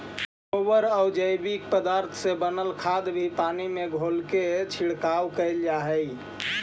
गोबरआउ जैविक पदार्थ से बनल खाद भी पानी में घोलके छिड़काव कैल जा हई